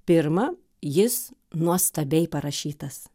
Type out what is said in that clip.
pirma jis nuostabiai parašytas